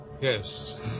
Yes